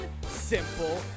simple